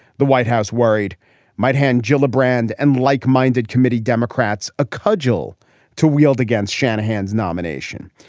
the white house worried might hand gillibrand and like minded committee democrats a cudgel to wield against shanahan's nomination,